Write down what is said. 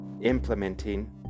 implementing